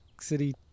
City